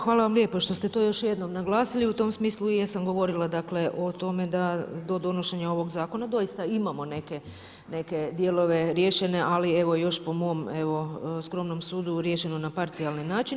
Hvala vam lijepo što ste to još jednom naglasili i u tom smislu jesam govorila o tome da do donošenja ovog zakona doista imamo neke dijelove riješene, ali evo još po mom skromnom sudu riješeno na parcijalni način.